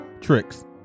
tricks